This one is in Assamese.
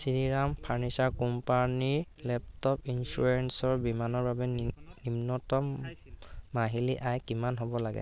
শ্ৰীৰাম ফাৰ্ণিচাৰ কোম্পানীৰ লেপটপ ইঞ্চুৰেঞ্চৰ বীমানৰ বাবে নিম নিম্নতম মাহিলী আয় কিমান হ'ব লাগে